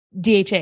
DHA